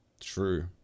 True